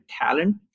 talent